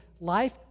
life